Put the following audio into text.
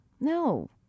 No